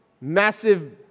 massive